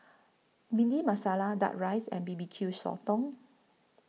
Bhindi Masala Duck Rice and B B Q Sotong